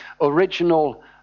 original